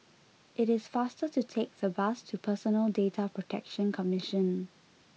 it is faster to take the bus to Personal Data Protection Commission